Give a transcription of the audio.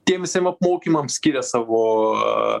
tiem visiem apmokymam skiria savo